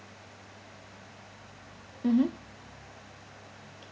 mmhmm